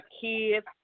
kids